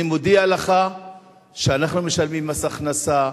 אני מודיע לך שאנחנו משלמים מס הכנסה.